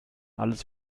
alles